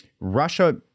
Russia